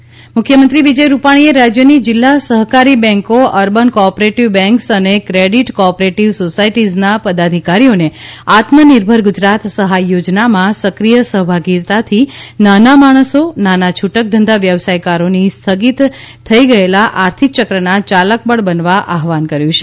મુખ્યમંત્રી ચર્ચા મુખ્યમંત્રી વિજય રૂપાણીએ રાજ્યની જિલ્લા સહકારી બેન્કો અર્બન કો ઓપરેટીવ બેન્કસ અને ક્રેડીટ કો ઓપરેટીવ સોસાયટીઝના પદાધિકારીઓને આત્મનિર્ભર ગુજરાત સહાય યોજના માં સક્રિય સહભાગીતાથી નાનામાણસો નાના છૂટક ધંધા વ્યવસાયકારોની સ્થગિત થઇ ગયેલા આર્થિક ચક્રના ચાલકબળ બનવા આહવાન કર્યુ છે